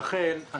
גם